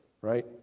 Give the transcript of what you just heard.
right